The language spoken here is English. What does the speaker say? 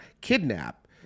Kidnap